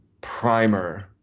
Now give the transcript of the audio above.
primer